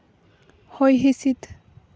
ᱦᱚᱭ ᱦᱤᱸᱥᱤᱫ